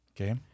Okay